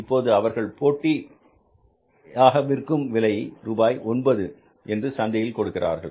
இப்போது அவர்கள் போட்டி விற்கும் விலையாக ரூபாய் ஒன்பது என்று சந்தையில் கொடுக்கிறார்கள்